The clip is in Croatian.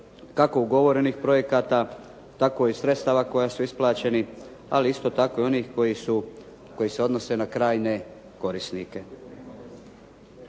kako ugovorenih projekata tako i sredstava koja su isplaćena, ali isto ako i onih koji se odnose na krajnje korisnike.